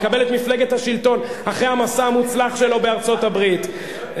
מקבלת מפלגת השלטון אחרי המסע המוצלח שלו בארצות הברית.